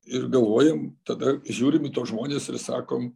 ir galvojam tada žiūrim į tuos žmones ir sakom